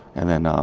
and then um